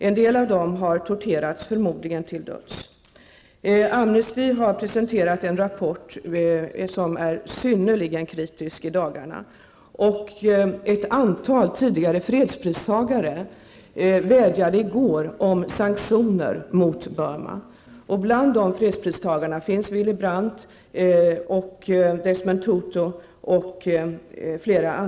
En del av dem har torterats, förmodligen till döds. Amnesty har i dagarna presenterat en rapport som är synnerligen kritisk. Ett antal tidigare fredspristagare vädjade i går om sanktioner mot Burma. Bland dessa fredspristagare finns Willy Brandt och Desmond Tutu.